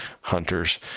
hunters